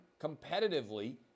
competitively